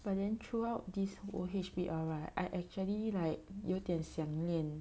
but then throughout this whole H_B_L right I actually like 有点想念